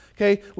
okay